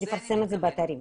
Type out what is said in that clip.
לפרסם את זה באתרים.